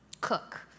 cook